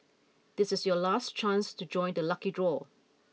this is your last chance to join the lucky draw